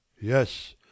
Yes